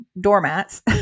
doormats